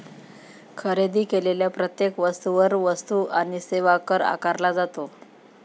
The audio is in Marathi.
खरेदी केलेल्या प्रत्येक वस्तूवर वस्तू आणि सेवा कर आकारला जातो